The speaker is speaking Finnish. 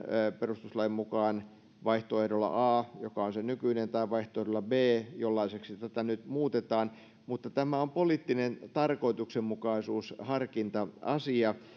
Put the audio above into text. perustuslakimme mukaan vaihtoehdolla a joka on se nykyinen tai vaihtoehdolla b jollaiseksi tätä nyt muutetaan mutta tämä on poliittinen tarkoituksenmukaisuusharkinta asia